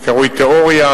שקרויה "תיאוריה",